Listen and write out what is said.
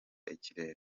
ikirere